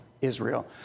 Israel